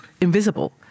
invisible